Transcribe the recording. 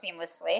seamlessly